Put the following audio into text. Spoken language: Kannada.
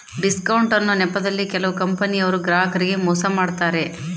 ಡಿಸ್ಕೌಂಟ್ ಅನ್ನೊ ನೆಪದಲ್ಲಿ ಕೆಲವು ಕಂಪನಿಯವರು ಗ್ರಾಹಕರಿಗೆ ಮೋಸ ಮಾಡತಾರೆ